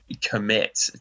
commit